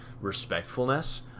respectfulness